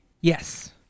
Yes